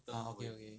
orh okay okay